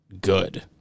good